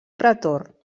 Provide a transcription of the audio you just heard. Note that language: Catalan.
pretor